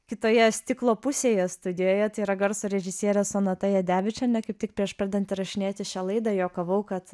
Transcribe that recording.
kitoje stiklo pusėje studijoje tai yra garso režisierė sonata jadevičienė kaip tik prieš pradedant įrašinėti šią laidą juokavau kad